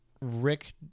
Rick